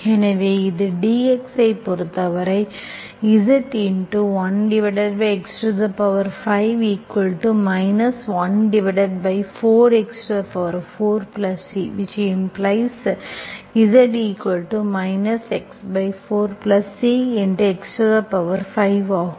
எனவே இது dx ஐப் பொறுத்தவரை Z 1x5 14x4C ⇒Z x4C x5 ஆகும்